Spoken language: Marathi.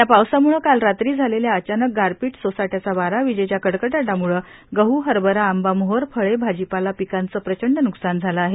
या पावसामूळ आणि रात्री झालेल्या अचानक गारपीट सोसाट्याचा वारा विजेच्या कडकडाटामुळ गह हरभरा आंबा मोहोर फळे भाजीपाला पिकांचं प्रचंड न्कसान झालं आहे